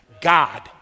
God